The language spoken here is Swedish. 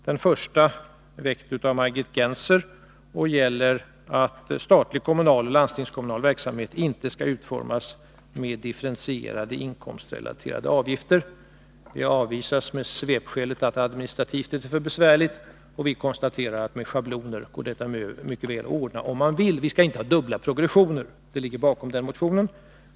Den första är väckt av Margit Gennser och gäller att statlig, kommunal och landstingskommunal verksamhet inte skall utformas med differentierade, inkomstrelaterade avgifter. Det förslaget avvisas med 187 svepskälet att det administrativt är för besvärligt. Vi konstaterar att detta mycket väl går att ordna med schabloner, om man vill. Vi skall inte ha dubbla progressioner — det är tanken bakom den motionen.